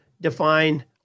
define